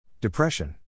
Depression